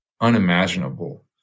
unimaginable